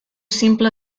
simple